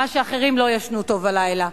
אחרים לא ישנו טוב הלילה,